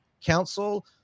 Council